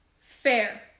Fair